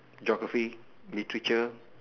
geography literature